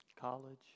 College